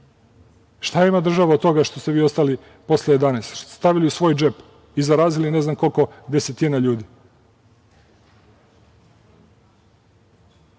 Šta ima država od toga što ste vi ostali posle 11 stavili u svoj džep i zarazili ne znam koliko desetina